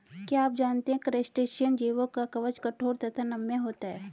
क्या आप जानते है क्रस्टेशियन जीवों का कवच कठोर तथा नम्य होता है?